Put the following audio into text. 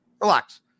Relax